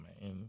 man